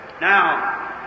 now